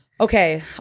Okay